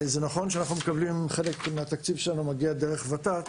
זה נכון שחלק מהתקציב שלנו מגיע דרך ות"ת,